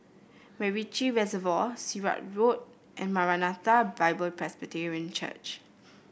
MacRitchie Reservoir Sirat Road and Maranatha Bible Presby Church